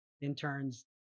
interns